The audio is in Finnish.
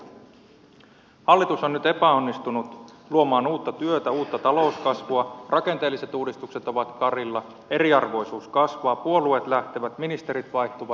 pääministeri stubb hallitus on nyt epäonnistunut luomaan uutta työtä uutta talouskasvua rakenteelliset uudistukset ovat karilla eriarvoisuus kasvaa puolueet lähtevät ministerit vaihtuvat